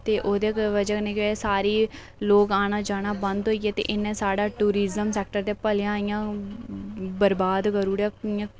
ते ओह्दी बजह कन्नै केह् होएआ कि सारे लोक औना जाना बंद होई गेआ ते इ'यां साढ़ा टूरिज्म सैक्टर भलेआं गै बरबाद करी ओड़ेआ इ'यां